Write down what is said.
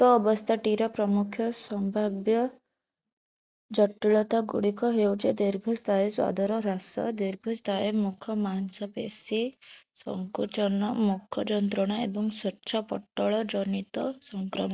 ଉକ୍ତ ଅବସ୍ଥାଟିର ପ୍ରମୁଖ ସମ୍ଭାବ୍ୟ ଜଟିଳତା ଗୁଡ଼ିକ ହେଉଛି ଦୀର୍ଘସ୍ଥାୟୀ ସ୍ୱାଦର ହ୍ରାସ ଦୀର୍ଘସ୍ଥାୟୀ ମୁଖ ମାଂସପେଶୀ ସଙ୍କୁଞ୍ଚନ ମୁଖ ଯନ୍ତ୍ରଣା ଏବଂ ସ୍ୱଚ୍ଛପଟ୍ଟଳଜନିତ ସଂକ୍ରମଣ